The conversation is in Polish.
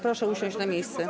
Proszę usiąść na miejsce.